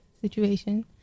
situation